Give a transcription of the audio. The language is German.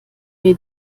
mir